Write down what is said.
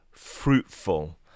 fruitful